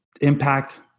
impact